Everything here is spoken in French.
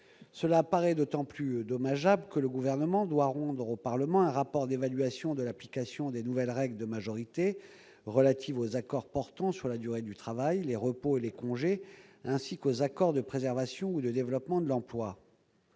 Cela paraît d'autant plus regrettable que le Gouvernement doit rendre au Parlement un rapport d'évaluation sur l'application des nouvelles règles de majorité relatives aux accords portant sur la durée du travail, les repos et les congés, ainsi qu'aux accords de préservation ou de développement de l'emploi.